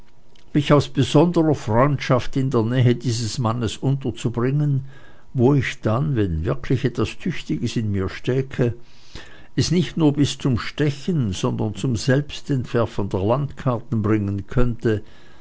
mich aus besonderer freundschaft in der nähe dieses mannes unterzubringen wo ich dann wenn wirklich etwas tüchtiges in mir stäke es nicht nur bis zum stechen sondern zum selbstentwerfen der landkarten bringen könne